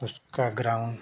उसका ग्राउंड